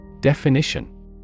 Definition